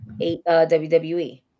WWE